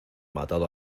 matado